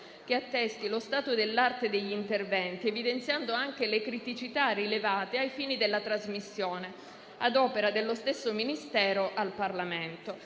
che attesti lo stato dell'arte degli interventi, evidenziando anche le criticità rilevate ai fini della trasmissione ad opera dello stesso Ministero al Parlamento.